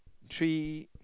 three